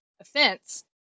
offense